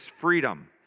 freedom